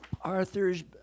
Arthur's